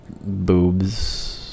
boobs